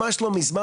ממש לא מזמן,